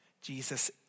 Jesus